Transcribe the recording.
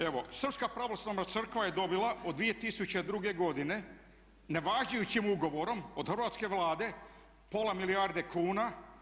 Evo srpska pravoslavna crkva je dobila od 2002. godine nevažećim ugovorom od hrvatske Vlade pola milijarde kuna.